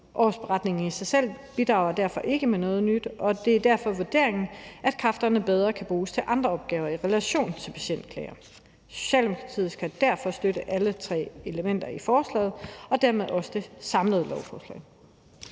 Årsberetningen i sig selv bidrager derfor ikke med noget nyt, og det er derfor vurderingen, at kræfterne bedre kan bruges til andre opgaver i relation til patientklager. Socialdemokratiet kan derfor støtte alle tre elementer i forslaget og dermed også det samlede lovforslag.